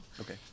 Okay